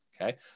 okay